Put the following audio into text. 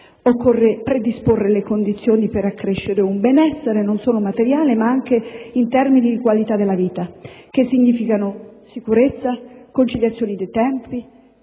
Occorre predisporre le condizioni per accrescere un benessere non solo materiale ma anche in termini di qualità della vita, il che significa sicurezza, conciliazione dei tempi,